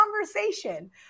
conversation